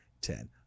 ten